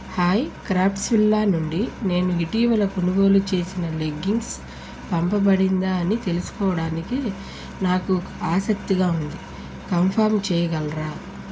hi Craftsvilla నుండి నేను ఇటీవల కొనుగోలు చేసిన లెగ్గింగ్స్ పంపబడిందా అని తెలుసుకోవడానికి నాకు ఆసక్తిగా ఉంది కంఫర్మ్ చేయగలరా